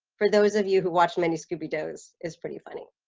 for those of you who watch many scooby-doo's is pretty funny.